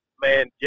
man